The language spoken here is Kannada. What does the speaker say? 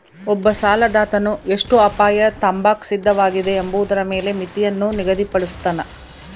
ಒಬ್ಬ ಸಾಲದಾತನು ಎಷ್ಟು ಅಪಾಯ ತಾಂಬಾಕ ಸಿದ್ಧವಾಗಿದೆ ಎಂಬುದರ ಮೇಲೆ ಮಿತಿಯನ್ನು ನಿಗದಿಪಡುಸ್ತನ